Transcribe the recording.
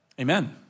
Amen